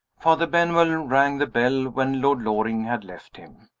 father benwell rang the bell when lord loring had left him.